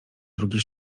drugie